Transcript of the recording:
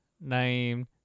named